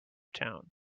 town